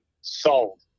Sold